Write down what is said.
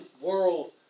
world